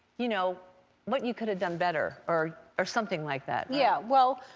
you know what you could've done better, or or something like that. yeah, well,